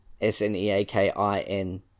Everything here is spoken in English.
S-N-E-A-K-I-N